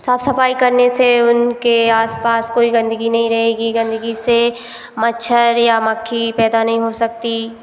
साफ सफाई करने से उनके आस पास कोई गंदगी नहीं रहेगी गन्दगी से मच्छर या मक्खी पैदा नहीं हो सकती